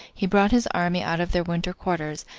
he brought his army out of their winter quarters,